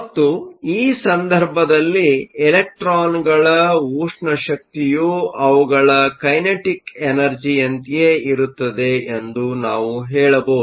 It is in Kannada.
ಮತ್ತು ಈ ಸಂದರ್ಭದಲ್ಲಿ ಎಲೆಕ್ಟ್ರಾನ್ಗಳ ಉಷ್ಣ ಶಕ್ತಿಯು ಅವುಗಳ ಕೈನೆಟಿಕ್ ಎನರ್ಜಿಯಂತಯೇ ಇರುತ್ತದೆ ಎಂದು ನಾವು ಹೇಳಬಹುದು